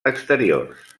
exteriors